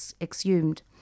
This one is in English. exhumed